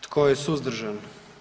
Tko je suzdržan?